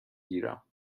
گیرم